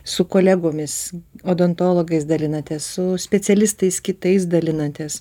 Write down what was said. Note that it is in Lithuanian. su kolegomis odontologais dalinatės su specialistais kitais dalinatės